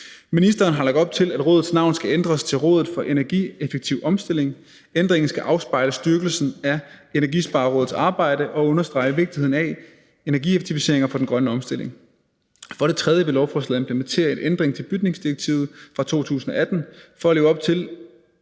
Ministeren har lagt op til, at rådets navn skal ændres til rådet for energieffektiv omstilling. Ændringen skal afspejle styrkelsen af Energisparerådets arbejde og understrege vigtigheden af energieffektiviseringer for den grønne omstilling. Endvidere vil lovforslaget implementere en ændring til bygningsdirektivet fra 2018. For at leve op til